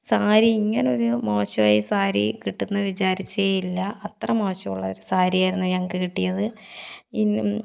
സാരി ഇങ്ങനൊരു മോശവായ സാരി കിട്ടുമെന്ന് വിചാരിച്ചേയില്ല അത്ര മോശമായുള്ളൊരു സാരിയായിരുന്നു ഞങ്ങൾക്ക് കിട്ടിയത് ഇൻ